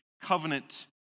covenant